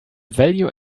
value